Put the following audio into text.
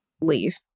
leave